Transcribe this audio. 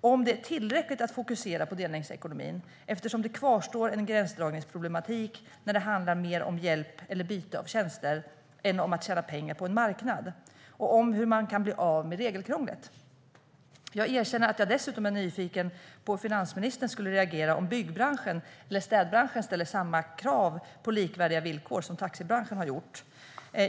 om det är tillräckligt att fokusera på delningsekonomin, eftersom det fortfarande finns en gränsdragningsproblematik när det handlar mer om hjälp eller byte av tjänster än om att tjäna pengar på en marknad och om hur man kan bli av med regelkrånglet. Jag erkänner att jag dessutom är nyfiken på hur finansministern skulle reagera om byggbranschen eller städbranschen skulle ställa samma krav på likvärdiga villkor som taxibranschen har gjort.